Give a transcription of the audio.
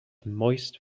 moist